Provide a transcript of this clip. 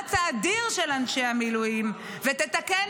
במאמץ האדיר של אנשי המילואים ותתקן